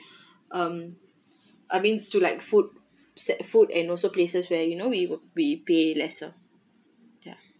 um I mean to like food sa~ food and also places where you know we we pay lesser ya